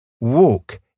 Walk